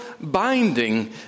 binding